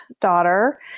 daughter